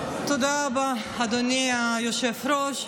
תודה רבה, אדוני היושב-ראש.